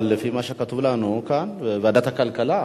אבל לפי מה שכתוב לנו כאן, ועדת כלכלה.